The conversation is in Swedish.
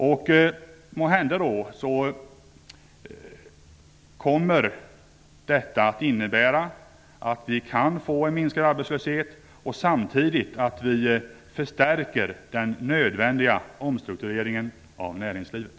Måhända kommer detta då att innebära en minskad arbetslöshet och en förstärkning av den nödvändiga omstruktureringen av näringslivet.